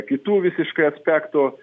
kitų visiškai aspektų